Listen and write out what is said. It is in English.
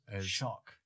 Shock